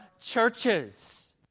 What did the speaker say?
churches